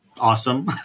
Awesome